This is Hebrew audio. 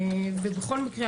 בכל מקרה,